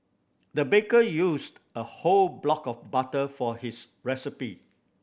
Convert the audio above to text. the baker used a whole block of butter for his recipe